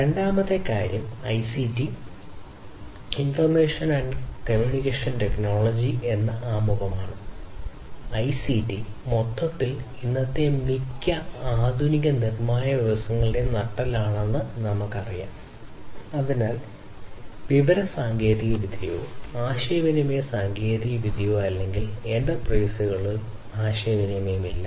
രണ്ടാമത്തെ കാര്യം ICT information and communication technology ആശയവിനിമയമില്ല